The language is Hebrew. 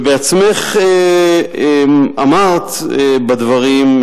ובעצמךְ אמרת בדברים,